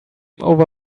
over